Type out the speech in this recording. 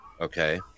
Okay